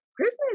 Christmas